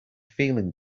feeling